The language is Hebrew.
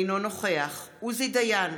אינו נוכח עוזי דיין,